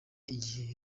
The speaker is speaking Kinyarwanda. igihe